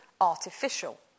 Artificial